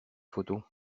photo